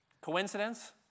Coincidence